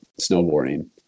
snowboarding